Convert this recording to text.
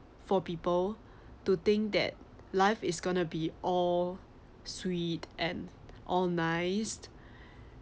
for people to think that life is going to be all sweet and organised